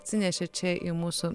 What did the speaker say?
atsinešė čia į mūsų